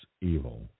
evil